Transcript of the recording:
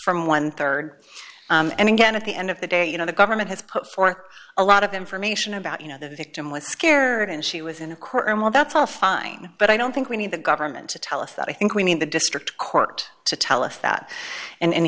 from one rd and again at the end of the day you know the government has put forth a lot of information about you know the victim was scared and she was in a courtroom well that's all fine but i don't think we need the government to tell us that i think we need the district court to tell us that and